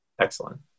excellent